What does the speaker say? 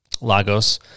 Lagos